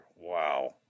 Wow